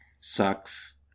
sucks